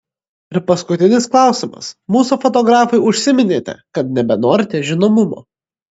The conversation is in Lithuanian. ir paskutinis klausimas mūsų fotografui užsiminėte kad nebenorite žinomumo